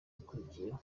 ikurikiyeho